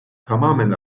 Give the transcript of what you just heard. tamamen